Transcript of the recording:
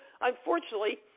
unfortunately